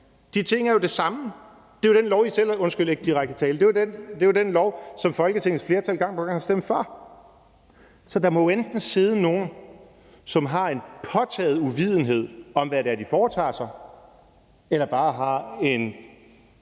De ting er jo det samme. Det er jo den lov, som Folketingets flertal gang på gang har stemt for. Så der må jo sidde nogle, som enten har en påtaget uvidenhed om, hvad det er, de foretager sig, eller som bare har en